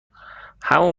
همون